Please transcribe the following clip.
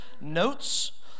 Notes